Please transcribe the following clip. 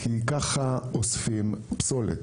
כי ככה אוספים פסולת.